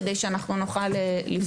כדי שנוכל לפתור את זה.